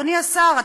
אדוני השר,